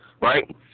Right